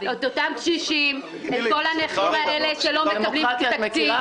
את אותם קשישים ואת כל הנכים האלה שלא מקבלים תקציב.